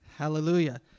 Hallelujah